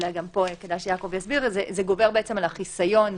זה גובר על החיסיון.